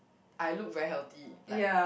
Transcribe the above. I look very healthy like